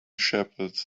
shepherd